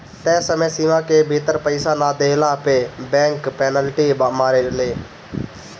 तय समय सीमा के भीतर पईसा ना देहला पअ बैंक पेनाल्टी मारेले